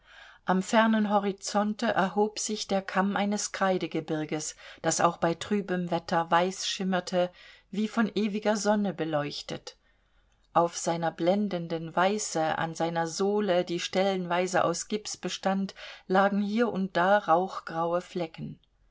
am fernen horizonte erhob sich der kamm eines kreidegebirges das auch bei trübem wetter weiß schimmerte wie von ewiger sonne beleuchtet auf seiner blendenden weiße an seiner sohle die stellenweise aus gips bestand lagen hier und da rauchgraue flecken